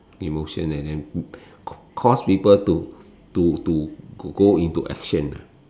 emotion and then cause cause to to to go into action